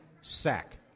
sack